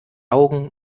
augen